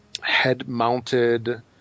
head-mounted